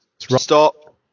stop